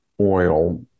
oil